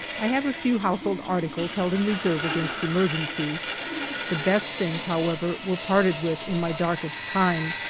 i have a few household articles held in reserve against emergencies the best things, however, were parted with in my darkest time.